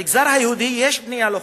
במגזר היהודי יש בנייה לא-חוקית,